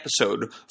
episode